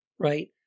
Right